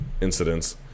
incidents